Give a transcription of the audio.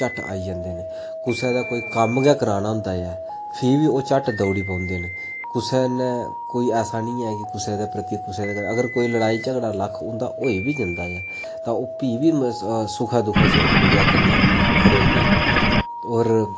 झट आई जंदे न कुसै दे कोई कम्म गै कराना होंदा ऐ फ्ही बी ओह् झट दौड़ी पौंदे न कुसै नै कोई ऐसा निं ऐ कुसै नै प्रति अगर कोई लड़ाई झगड़ा लक्ख उं'दा होई बी जंदा ऐ तां ओह् भी बी सुखै दुखै च इक्क दूऐ कन्नै खढ़ोंदे न होर